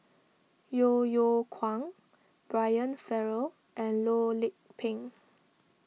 Yeo Yeow Kwang Brian Farrell and Loh Lik Peng